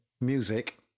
music